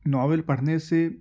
novel پڑھنے سے